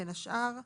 בין השאר,